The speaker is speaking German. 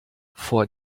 vor